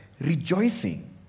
rejoicing